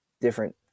different